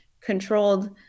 controlled